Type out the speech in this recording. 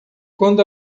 quando